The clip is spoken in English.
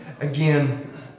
again